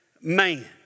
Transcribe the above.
man